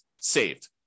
saved